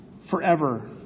forever